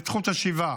זכות השיבה